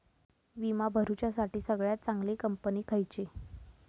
विमा भरुच्यासाठी सगळयात चागंली कंपनी खयची?